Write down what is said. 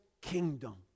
kingdom